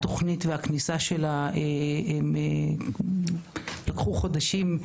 התוכנית והכניסה שלה ארכו חודשים,